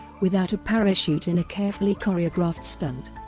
without a parachute in a carefully choreographed stunt.